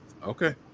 okay